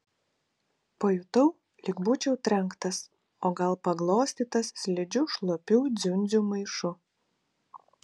pajutau lyg būčiau trenktas o gal paglostytas slidžiu šlapių dziundzių maišu